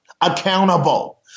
accountable